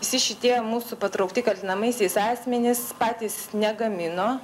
visi šitie mūsų patraukti kaltinamaisiais asmenys patys negamino